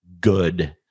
good